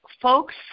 folks